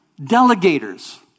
delegators